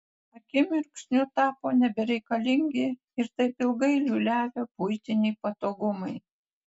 akimirksniu tapo nebereikalingi ir taip ilgai liūliavę buitiniai patogumai